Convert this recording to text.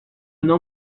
não